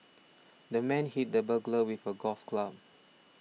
the man hit the burglar with a golf club